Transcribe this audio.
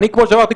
כמו שאמרתי,